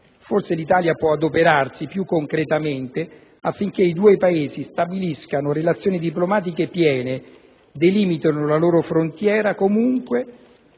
Forse l'Italia può adoperarsi più concretamente affinché i due Paesi stabiliscano relazioni diplomatiche piene, delimitino la loro frontiera comune